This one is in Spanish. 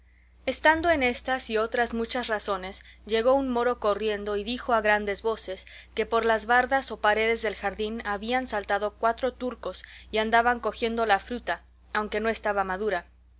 estando en estas y otras muchas razones llegó un moro corriendo y dijo a grandes voces que por las bardas o paredes del jardín habían saltado cuatro turcos y andaban cogiendo la fruta aunque no estaba madura